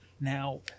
Now